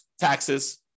taxes